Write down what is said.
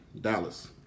Dallas